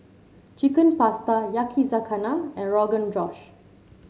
Chicken Pasta Yakizakana and Rogan Josh